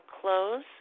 close